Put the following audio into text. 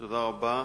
תודה רבה.